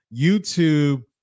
YouTube